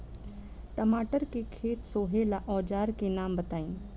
टमाटर के खेत सोहेला औजर के नाम बताई?